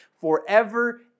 forever